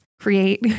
create